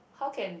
how can